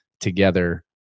together